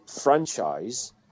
franchise